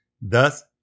thus